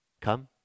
come